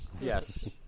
Yes